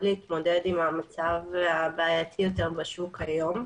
להתמודד עם המצב הבעייתי יותר בשוק היום,